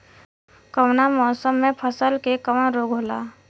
कवना मौसम मे फसल के कवन रोग होला?